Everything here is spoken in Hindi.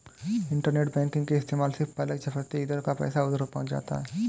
इन्टरनेट बैंकिंग के इस्तेमाल से पलक झपकते इधर का पैसा उधर पहुँच जाता है